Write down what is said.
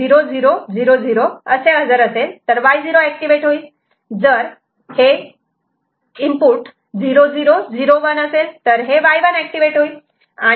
जर 0000 असे हजर असेल तर हे Y0 ऍक्टिव्हेट होईल जर 0001 असेल तर हे Y1 ऍक्टिव्हेट होईल